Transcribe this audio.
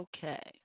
Okay